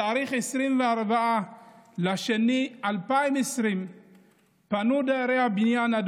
בתאריך 24 בפברואר 2020 פנו דיירי הבניין ברח' הנרקיס,